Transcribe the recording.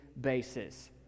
basis